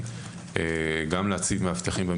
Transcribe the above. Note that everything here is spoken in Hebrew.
דיון שבוודאי היינו מעדיפים שלא יתקיים,